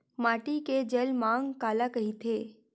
माटी के जलमांग काला कइथे?